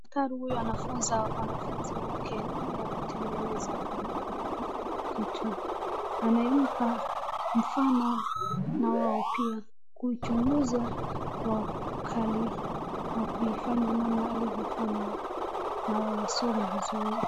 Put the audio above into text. Daktari huyu anafunza wanafunzi wake namna ya kutengeneza kitu. Anayempa mfano na wao pia kuchunguza kwa ukali na kuifanya namna aliyofanya nao wasomi vizuri.